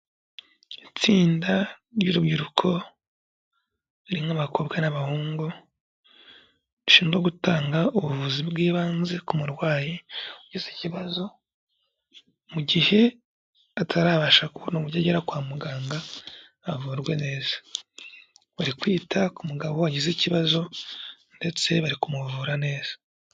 Itsinda ry'urubyiruko rurimo abakobwa n'abahungu, rishinzwe gutanga ubuvuzi bw'ibanze ku murwayi ugize ikibazo, mu gihe atarabasha kubona uburyo agera kwa muganga avurwe neza. Ruri kwita ku mugabo wagize ikibazo ndetse bari kumuvura neza.